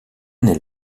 année